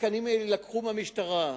התקנים האלה יילקחו מהמשטרה.